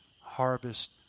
harvest